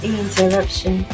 interruption